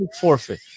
forfeit